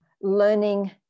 learning